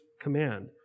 command